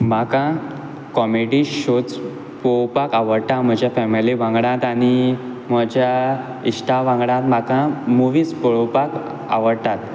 म्हाका कॉमिडी शॉच पोवपाक आवडटा म्हज्या फेमिली वांगडा आनी म्हज्या इश्टां वांगडा म्हाका मुविझ पळोवपाक आवडटात